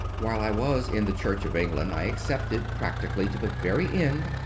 while i was in the church of england i accepted, practically to the very end,